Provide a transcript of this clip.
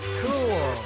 cool